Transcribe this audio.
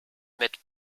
met